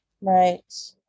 Right